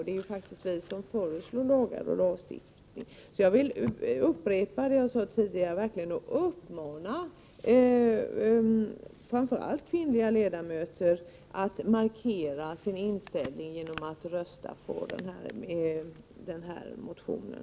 Det är faktiskt riksdagens uppgift att föreslå lagar. Jag vill därför upprepa min uppmaning till framför allt kvinnliga ledamöter att markera sin inställning genom att rösta för den aktuella motionen.